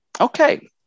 Okay